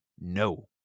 No